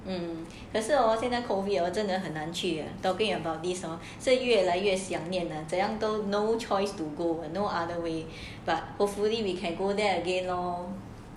可是 hor 现在 COVID hor 真的很难去 talking about this or 是越来越想念的怎样都 no choice to go no other way but hopefully we can go there again lor